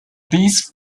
these